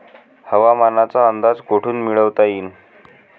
हवामानाचा अंदाज कोठून मिळवता येईन?